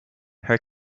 her